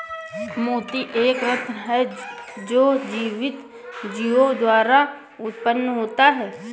मोती एक रत्न है जो जीवित जीवों द्वारा उत्पन्न होता है